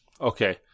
Okay